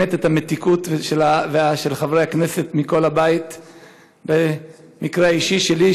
המתיקות של חברי הכנסת מכל הבית במקרה האישי שלי,